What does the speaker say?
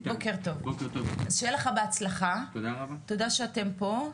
תודה שאתם פה,